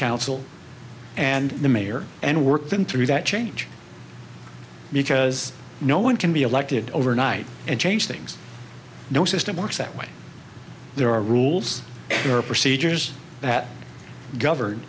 council and the mayor and work them through that change because no one can be elected overnight and change things no system works that way there are rules or procedures that govern